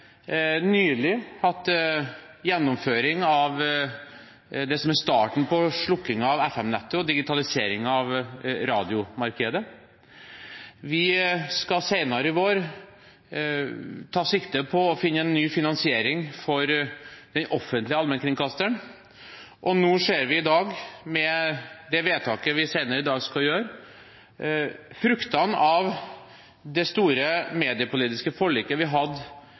nylig hatt gjennomføring av det som er starten på slukking av FM-nettet og digitalisering av radiomarkedet. Vi skal senere i vår ta sikte på å finne en ny finansiering for den offentlige allmennkringkasteren, og vi ser nå, med det vedtaket vi senere i dag skal gjøre, fruktene av det store mediepolitiske forliket vi hadde